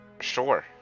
Sure